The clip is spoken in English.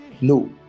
no